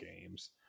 games